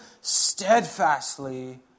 steadfastly